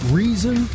reason